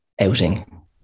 outing